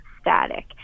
static